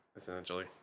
essentially